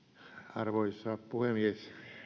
arvoisa puhemies